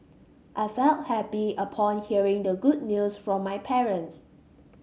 I felt happy upon hearing the good news from my parents